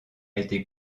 été